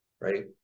right